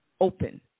open